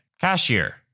Cashier